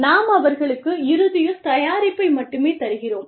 நாம் அவர்களுக்கு இறுதியில் தயாரிப்பை மட்டுமே தருகிறோம்